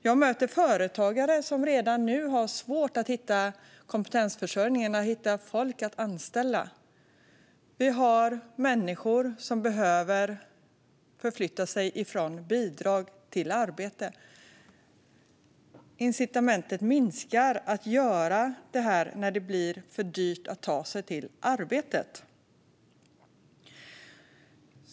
Jag möter företagare som redan nu har problem med kompetensförsörjningen, att hitta folk att anställa. Vi har människor som behöver förflytta sig från bidrag till arbete. Incitamentet att göra det minskar när det blir för dyrt att ta sig till arbetet.